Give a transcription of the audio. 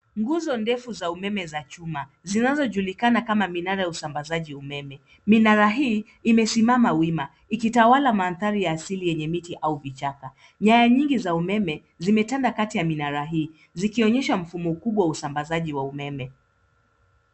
Nguzo ndefu za umeme za chuma zinazo julikana kama minara ya usambazaji umeme. Minara hii imesimama wima ikitawala mandhari ya asili yenye miti au vichaka. Nyaya nyingi za umeme zimetenda kati ya minara hii zikionyesha mfumo mkubwa wa usambazaji wa umeme.